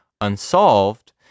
unsolved